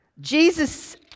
Jesus